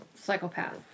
psychopath